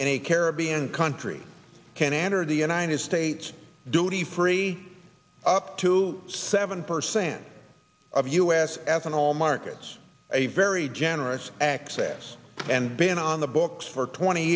the caribbean country can enter the united states duty free up to seven percent of u s ethanol markets a very generous access and been on the books for twenty